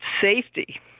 safety